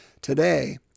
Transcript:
Today